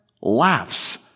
laughs